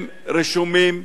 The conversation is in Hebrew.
הם רשומים,